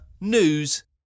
news